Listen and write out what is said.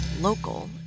local